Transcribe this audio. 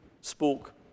spoke